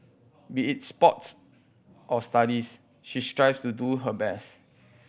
be it sports or studies she strives to do her best